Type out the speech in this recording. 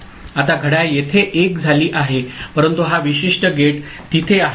आता घड्याळ येथे 1 झाली आहे परंतु हा विशिष्ट गेट तिथे आहे